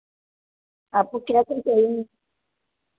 आपको कै सेट चाहिए